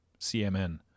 CMN